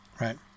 Right